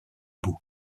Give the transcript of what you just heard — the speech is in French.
bouts